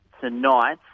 tonight